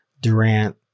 durant